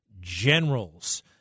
generals